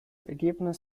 ergebnis